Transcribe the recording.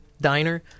diner